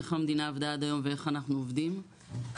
איך המדינה עבדה עד היום ואיך אנחנו עובדים ואני